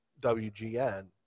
WGN